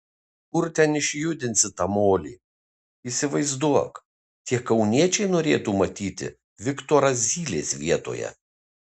kur ten išjudinsi tą molį įsivaizduok tie kauniečiai norėtų matyti viktorą zylės vietoje